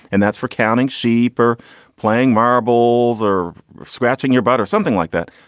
and that's for counting sheep or playing marbles or scratching your butt or something like that.